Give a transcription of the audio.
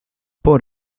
por